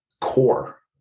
core